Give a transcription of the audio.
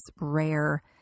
rare